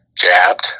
jabbed